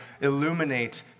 illuminate